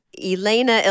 elena